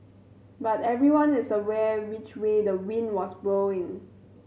but everyone is aware which way the wind was blowing